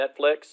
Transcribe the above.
netflix